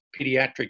pediatric